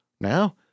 Now